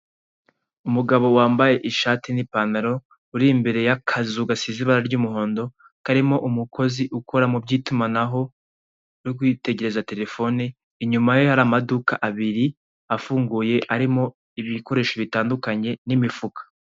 Umugabo wambaye ishati n'ipantaro uri imbere y'akazu gasize ibara ry'umuhondo karimo umukozi ukora muby'itumanaho uri kwitegereza telefone, inyuma ye hari amaduka abiri afunguye arimo ibikoresho bitandukanye n'imifuka.